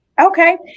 Okay